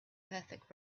perfect